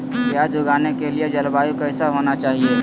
प्याज उगाने के लिए जलवायु कैसा होना चाहिए?